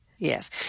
Yes